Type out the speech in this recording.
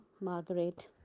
Margaret